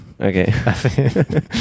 Okay